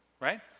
right